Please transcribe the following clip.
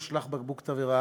הושלך בקבוק תבערה